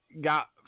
got